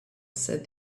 said